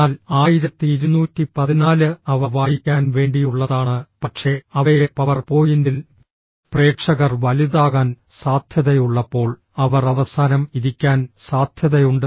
എന്നാൽ 1214 അവ വായിക്കാൻ വേണ്ടിയുള്ളതാണ് പക്ഷേ അവയെ പവർ പോയിന്റിൽ പ്രേക്ഷകർ വലുതാകാൻ സാധ്യതയുള്ളപ്പോൾ അവർ അവസാനം ഇരിക്കാൻ സാധ്യതയുണ്ട്